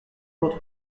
votre